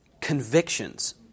convictions